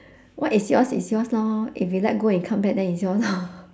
what is yours is yours lor if you let go and it come back then it's yours lor